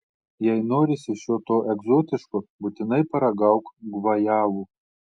jei norisi šio to egzotiško būtinai paragauk gvajavų